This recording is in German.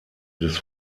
des